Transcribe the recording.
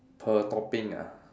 per topping ah